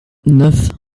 neuf